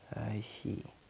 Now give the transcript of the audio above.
I see